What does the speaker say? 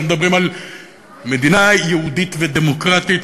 אנחנו מדברים על מדינה יהודית ודמוקרטית,